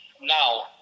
now